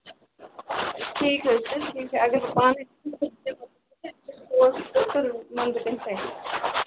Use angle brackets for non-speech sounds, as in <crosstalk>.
ٹھیٖک حظ چھُ <unintelligible> اگر بہٕ پانہٕ <unintelligible> وَنہٕ تٔمس تَتی